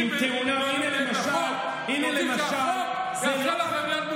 אתם רוצים שהחוק יעזור לכם להיות מושחתים,